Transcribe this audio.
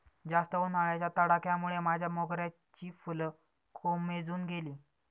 जास्त उन्हाच्या तडाख्यामुळे माझ्या मोगऱ्याची फुलं कोमेजून गेली